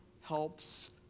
helps